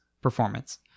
performance